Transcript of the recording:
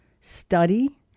study